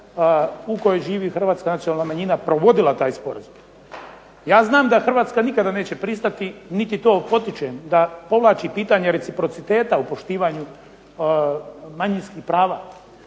u kojima živi Hrvatska nacionalna manjina provodila taj sporazum. Ja znam da Hrvatska nikada neće pristati niti to potičem da povlači pitanje reciprociteta u poštivanju manjinskih prava,